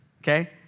okay